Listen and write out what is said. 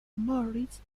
moritz